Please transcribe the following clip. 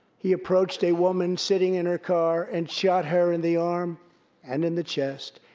he approached a woman sitting in her car and shot her in the arm and in the chest.